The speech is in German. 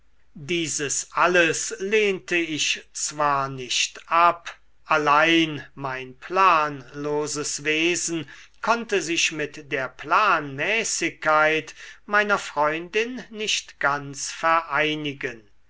dieses alles lehnte ich zwar nicht ab allein mein planloses wesen konnte sich mit der planmäßigkeit meiner freundin nicht ganz vereinigen